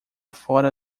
fora